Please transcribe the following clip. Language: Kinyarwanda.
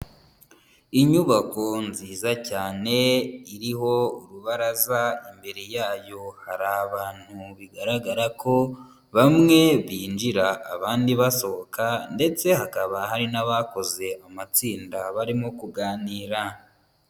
Inyubako nziza cyane, iriho urubaraza imbere yayo. Hari abantu bigaragara ko bamwe binjira, abandi basohoka ndetse hakaba hari n'abakoze amatsinda, barimo kuganira.